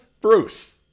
Bruce